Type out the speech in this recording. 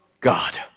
God